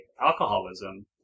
alcoholism